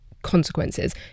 consequences